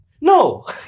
No